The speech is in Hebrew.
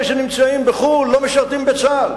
אלה שנמצאים בחו"ל לא משרתים בצה"ל.